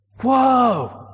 Whoa